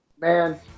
man